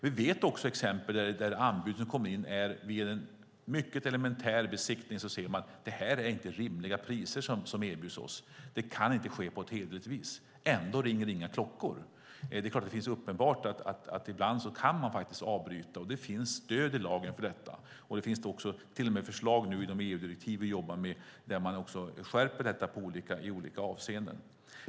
Vi känner också till exempel på anbud som kommer in där man vid en mycket elementär besiktning kan se att det inte är rimliga priser som erbjuds. Det kan inte ske på ett hederligt vis. Ändå ringer inga klockor. Ibland kan man faktiskt avbryta. Det finns stöd i lagen för detta. Det finns till och med förslag när det gäller de EU-direktiv vi jobbar med där man också skärper detta i olika avseenden.